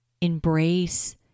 embrace